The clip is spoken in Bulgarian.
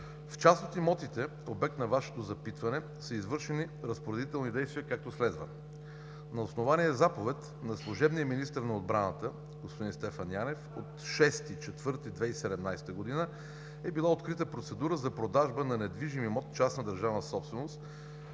В част от имотите, обект на Вашето запитване, са извършени разпоредителни действия както следва: на основание заповед на служебния министър на отбраната господин Стефан Янев от 6 април 2017 г. е била открита процедура за продажба на недвижим имот – частна държавна собственост